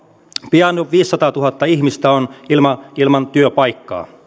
pian on viisisataatuhatta ihmistä ilman ilman työpaikkaa